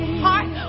heart